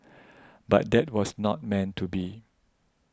but that was not meant to be